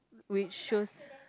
which shows